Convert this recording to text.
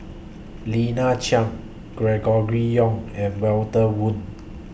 Lina Chiam Gregory Yong and Walter Woon